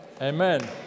Amen